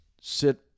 sit